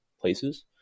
places